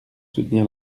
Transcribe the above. soutenir